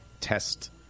test